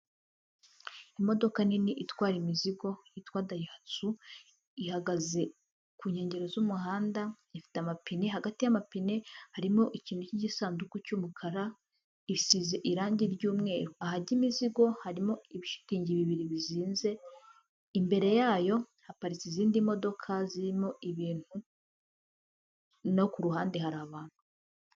Imodoka nini itwara imizigo yitwa dayihatsu, ihagaze ku nkengero z'umuhanda, ifite amapine, hagati y'amapine harimo ikintu cy'igisanduku cy'umukara, isize irangi ry'umweru. Ahajya imizigo harimo ibishitingi bibiri bizinze, imbere yayo haparitse izindi modoka zirimo ibintu no ku ruhande hari abantu.